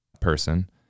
person